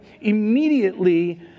Immediately